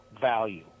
value